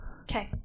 Okay